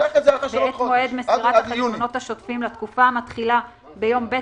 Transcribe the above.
ואת מועד מסירת החשבונות השוטפים לתקופה המתחילה ביום ב'